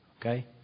Okay